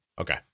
okay